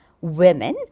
women